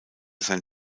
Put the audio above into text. sein